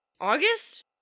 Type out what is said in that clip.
August